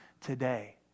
today